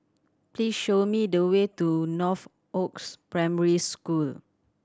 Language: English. please show me the way to Northoaks Primary School